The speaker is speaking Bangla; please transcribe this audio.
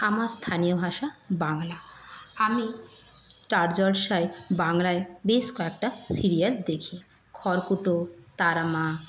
আমার স্থানীয় ভাষা বাংলা আমি স্টার জলসায় বাংলায় বেশ কয়েকটা সিরিয়াল দেখি খড়কুটো তারা মা